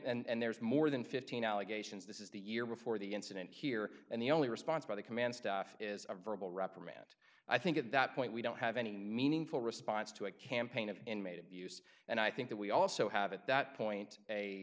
t and there's more than fifteen allegations this is the year before the incident here and the only response by the command staff is a verbal reprimand i think at that point we don't have any meaningful response to a campaign of inmate abuse and i think that we also have at that point